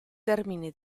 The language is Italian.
termine